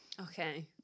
Okay